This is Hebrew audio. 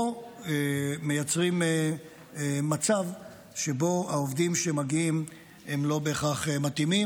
או מייצרת מצב שבו העובדים שמגיעים הם לא בהכרח מתאימים,